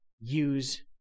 use